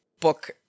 book